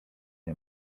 nie